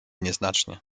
nieznacznie